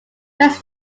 west